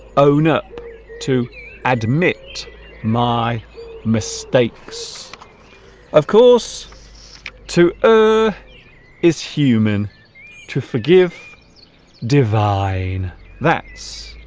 own up to admit my mistakes of course to err is human to forgive divine that's a